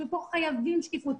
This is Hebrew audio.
וכאן אנחנו כן חייבים שקיפות.